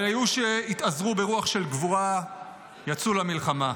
אבל היו שהתאזרו ברוח של גבורה ויצאו למלחמה.